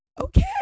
Okay